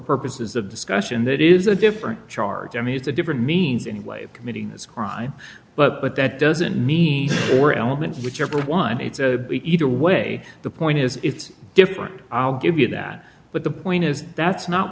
purposes of discussion that is a different charge i mean it's a different means any way of committing this crime but that doesn't mean or element whichever one it's either way the point is it's different i'll give you that but the point is that's not